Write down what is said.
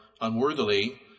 unworthily